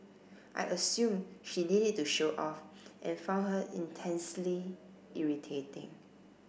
I assumed she did it to show off and found her intensely irritating